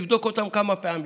לבדוק אותן כמה פעמים.